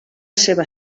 seva